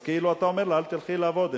אז כאילו אתה אומר לה, אל תלכי לעבוד.